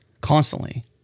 constantly